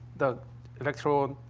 the electrode